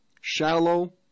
Shallow